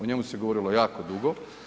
O njemu se govorilo jako dugo.